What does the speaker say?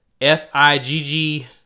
F-I-G-G